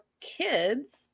kids